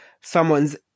someone's